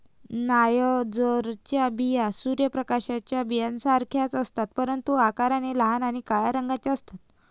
नायजरच्या बिया सूर्य फुलाच्या बियांसारख्याच असतात, परंतु आकाराने लहान आणि काळ्या रंगाच्या असतात